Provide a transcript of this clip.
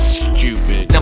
stupid